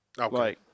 Okay